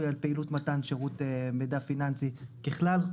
על פעילות מתן שירות מידע פיננסי ככלל,